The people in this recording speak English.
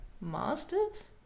masters